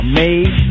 made